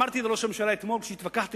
אמרתי לראש הממשלה אתמול כשהתווכחתי